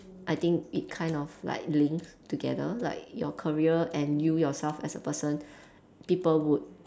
I think it kind of like links together like your career and you yourself as a person people would